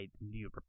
New